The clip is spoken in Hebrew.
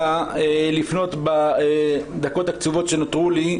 בבקשה לפנות בדקות המעטות שנותרו לי,